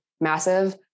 massive